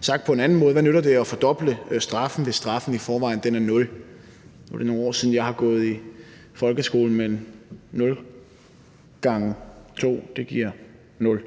Sagt på en anden måde: Hvad nytter det at fordoble straffen, hvis straffen i forvejen er 0? Nu er det nogle år siden, jeg har gået i folkeskolen, men 0 x 2 giver 0,